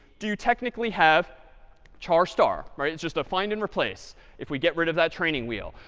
do you technically have char star, right? it's just a find and replace if we get rid of that training wheel.